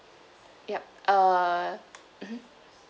ya uh mmhmm